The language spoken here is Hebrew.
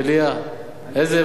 איזה ועדה את רוצה?